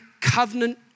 covenant